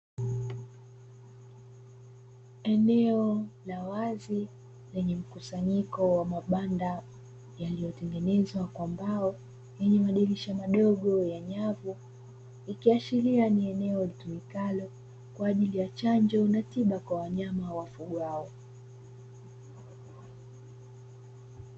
Eneo la wazi lenye mkusanyiko wa mabanda ya kutengeneza kwa mbao yenye madirisha madogo ya nyavu ikiashiria ni eneo litumikalo kwa ajili ya chanjo na tiba kwa wanyama wafugwao.